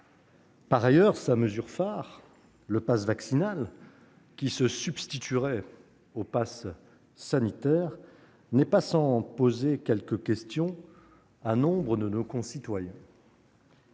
terme. Sa mesure phare, le passe vaccinal, qui se substituerait au passe sanitaire, n'est pas sans poser quelques questions à nombre de nos concitoyens.